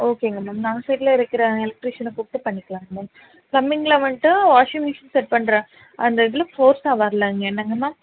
ஓகேங்க மேம் நம்ம சைட்டில் இருக்கிற எலெக்ட்ரிஷியனை கூப்பிட்டு பண்ணிக்கலாங்க மேம் பிளம்பிங்கில் வந்துட்டு வாஷிங் மெஷின் செட் பண்ணுற அந்த இதில் ஃபோர்ஸ்ஸாக வரல என்னங்க மேம்